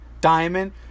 diamond